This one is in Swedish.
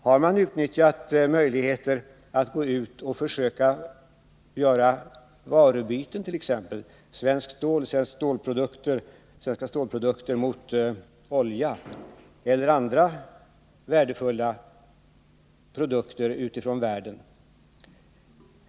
Har man utnyttjat möjligheterna att gå ut och försöka göra varubyten t.ex. — svenska stålprodukter mot olja eller andra värdefulla produkter utifrån världen?